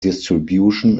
distribution